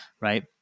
Right